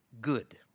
good